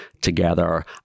together